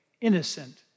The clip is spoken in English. innocent